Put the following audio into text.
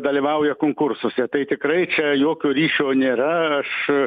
dalyvauja konkursuose tai tikrai čia jokio ryšio nėra aš